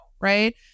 right